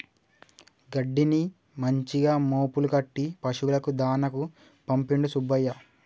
గడ్డిని మంచిగా మోపులు కట్టి పశువులకు దాణాకు పంపిండు సుబ్బయ్య